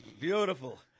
Beautiful